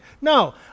No